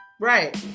Right